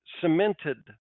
cemented